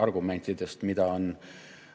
argumentidest, mida